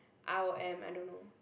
r_o_m I don't know